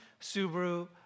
Subaru